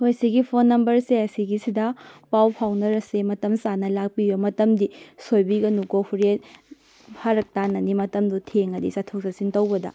ꯍꯣꯏ ꯁꯤꯒꯤ ꯐꯣꯟ ꯅꯝꯕꯔꯁꯦ ꯁꯤꯒꯤ ꯁꯤꯗ ꯄꯥꯎ ꯐꯥꯎꯅꯔꯁꯤ ꯃꯇꯝ ꯆꯥꯅ ꯂꯥꯛꯄꯤꯎ ꯃꯇꯝꯗꯤ ꯁꯣꯏꯕꯤꯒꯅꯨꯀꯣ ꯍꯣꯔꯦꯟ ꯐꯔꯛ ꯇꯥꯅꯅꯤ ꯃꯇꯝꯗꯣ ꯊꯦꯡꯉꯗꯤ ꯆꯠꯊꯣꯛ ꯆꯠꯁꯤꯟ ꯇꯧꯕꯗ